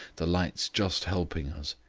the lights just helping us.